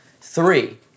Three